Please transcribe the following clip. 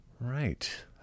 Right